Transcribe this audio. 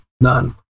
none